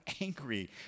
angry